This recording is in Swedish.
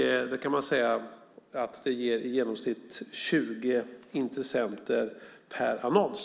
Man kan säga att det i genomsnitt ger 20 intressenter per annons.